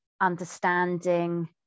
understanding